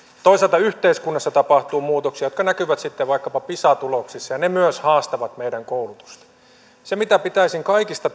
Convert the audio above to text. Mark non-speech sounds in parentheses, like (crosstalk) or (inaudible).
toisaalta yhteiskunnassa tapahtuu muutoksia jotka näkyvät sitten vaikkapa pisa tuloksissa ja ne myös haastavat meidän koulutusta sitä pitäisin kaikista (unintelligible)